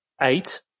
Eight